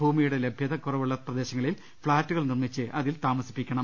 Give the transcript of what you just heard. ഭൂമിയുടെ ലഭ്യത് കുറവുള്ള പ്രദേശങ്ങ ളിൽ ഫ്ളാറ്റുകൾ നിർമിച്ച് അതിൽ താമസിപ്പിക്കണം